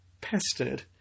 pestered